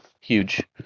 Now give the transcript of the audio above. Huge